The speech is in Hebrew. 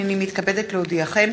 הנני מתכבדת להודיעכם,